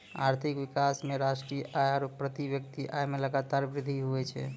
आर्थिक विकास मे राष्ट्रीय आय आरू प्रति व्यक्ति आय मे लगातार वृद्धि हुवै छै